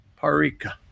Parika